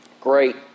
great